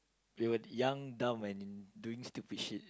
we were young dumb and doing stupid shit